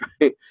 right